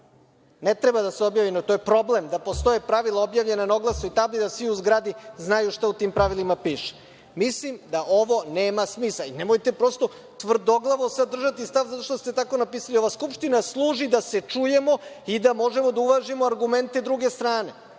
Ne treba da se objavi, to je problem da postoje pravila objavljena na oglasnoj tabli da svi u zgradi znaju šta u tim pravilima piše. Mislim da ovo nema smisla. Nemojte prosto tvrdoglavo sad držati stav zato što ste tako napisali. Ova Skupština služi da se čujemo i da možemo da uvažimo argumente druge strane.